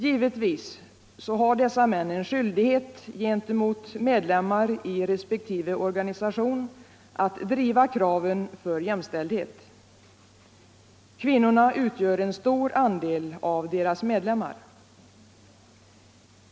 Givetvis har dessa män en skyldighet gentemot medlemmarna i resp. organisation att driva kraven på jämställdhet. Kvinnorna utgör en stor andel av deras medlemmar.